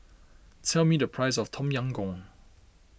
tell me the price of Tom Yam Goong